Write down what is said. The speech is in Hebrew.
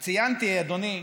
אז ציינתי, אדוני,